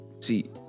See